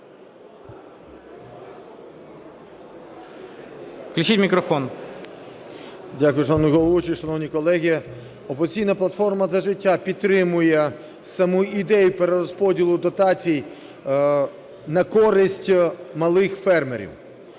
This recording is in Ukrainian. шановні колеги! "Опозиційна платформа – За життя" підтримує саму ідею перерозподілу дотацій на користь малих фермерів.